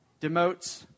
demotes